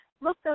look